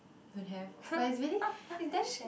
don't have but it's really it's damn